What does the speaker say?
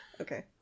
Okay